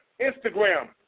Instagram